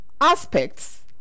Aspects